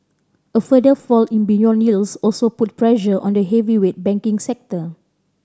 a further fall in beyond yields also put pressure on the heavyweight banking sector